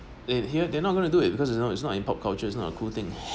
at here they're not gonna do it because you know it's not import culture is not a cool thing